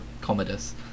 Commodus